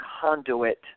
conduit